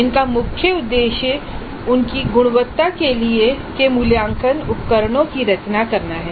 इनका मुख्य उद्देश्य अच्छी गुणवत्ता के मूल्यांकन उपकरणों की रचना करना है